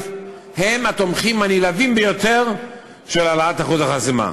הם התומכים הנלהבים ביותר בהעלאת אחוז החסימה,